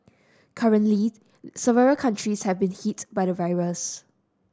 currently several countries have been hit by the virus